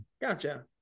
gotcha